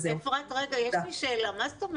אפרת, יש לי שאלה.